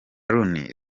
rooney